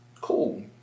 cool